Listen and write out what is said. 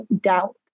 doubt